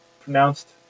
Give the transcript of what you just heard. pronounced